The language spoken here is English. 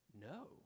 no